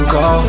go